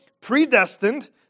predestined